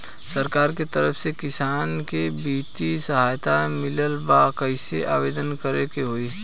सरकार के तरफ से किसान के बितिय सहायता मिलत बा कइसे आवेदन करे के होई?